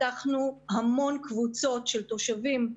פתחנו המון קבוצות של תושבים,